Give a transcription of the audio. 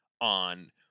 on